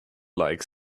like